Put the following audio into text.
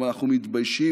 ואנחנו מתביישים